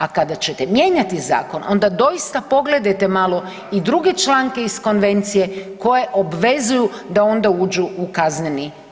A kada ćete mijenjati zakon onda doista pogledajte malo i druge članke iz konvencije koje obvezuju da onda uđu u KZ.